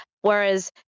Whereas